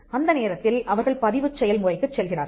அந்த நேரத்தில் அவர்கள் பதிவுச் செயல்முறைக்குச் செல்கிறார்கள்